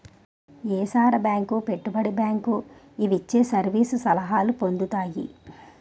ఏసార bank పెట్టుబడి bank ఇవిచ్చే service సలహాలు పొందుతాయి